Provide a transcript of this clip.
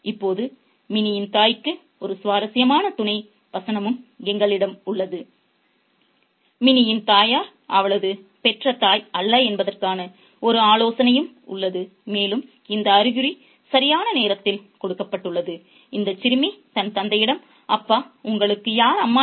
இப்போது மினியின் தாய்க்கு ஒரு சுவாரஸ்யமான துணை வசனமும் எங்களிடம் உள்ளது மினியின் தாயார் அவரது பெற்றதாய் அல்ல என்பதற்கான ஒரு ஆலோசனையும் உள்ளது மேலும் இந்த அறிகுறி சரியான நேரத்தில் கொடுக்கப்பட்டுள்ளது இந்தச் சிறுமி தன் தந்தையிடம் "அப்பா உங்களுக்கு யார் அம்மா